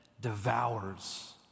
devours